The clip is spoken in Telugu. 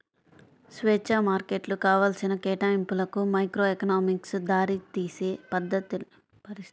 స్వేచ్ఛా మార్కెట్లు కావాల్సిన కేటాయింపులకు మైక్రోఎకనామిక్స్ దారితీసే పరిస్థితులను తెలియజేస్తుంది